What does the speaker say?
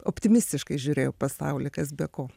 optimistiškai žiūrėjo į pasaulį kas be ko